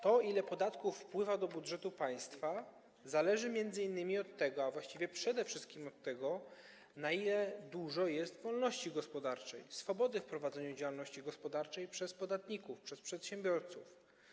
To, ile podatków wpływa do budżetu państwa, zależy m.in., a właściwie przede wszystkim, od tego, jak dużo jest wolności gospodarczej, swobody w prowadzeniu działalności gospodarczej przez podatników, przez przedsiębiorców.